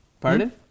Pardon